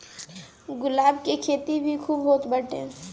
गुलाब के खेती भी खूब होत बाटे